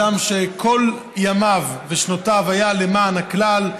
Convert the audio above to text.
אדם שכל ימיו ושנותיו היו למען הכלל,